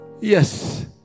Yes